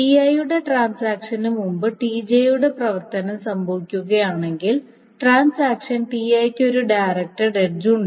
Ti യുടെ ട്രാൻസാക്ഷന് മുമ്പ് Tj യുടെ പ്രവർത്തനം സംഭവിക്കുകയാണെങ്കിൽ ട്രാൻസാക്ഷൻ Ti ക്ക് ഒരു ഡയറക്ടഡ് എഡ്ജുണ്ട്